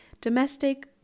Domestic